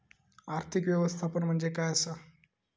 आर्थिक व्यवस्थापन म्हणजे काय असा?